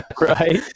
Right